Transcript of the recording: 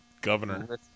Governor